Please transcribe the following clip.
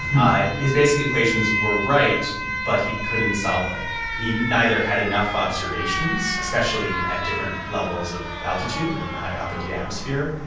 his basic equations were right, but he couldn't solve them. he neither had enough observations, especially at different levels of altitude and and high up into the atmosphere,